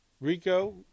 Rico